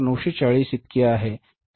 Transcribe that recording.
ती रोखीची शिल्लक आहे